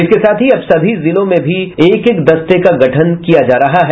इसके साथ ही अब सभी जिलों में भी एक एक दस्ते का गठन किया जा रहा है